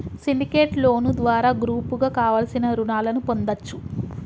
syndicate loan ద్వారా గ్రూపుగా కావలసిన రుణాలను పొందొచ్చు